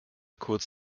kurz